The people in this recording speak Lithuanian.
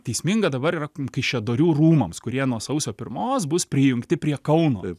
teisminga dabar yra kaišiadorių rūmams kurie nuo sausio pirmos bus prijungti prie kauno